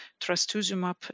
trastuzumab